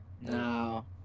No